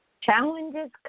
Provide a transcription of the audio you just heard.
Challenges